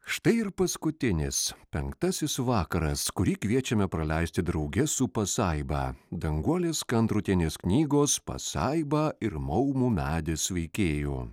štai ir paskutinis penktasis vakaras kurį kviečiame praleisti drauge su pasaiba danguolės kandrotienės knygos pasaiba ir maumų medis veikėju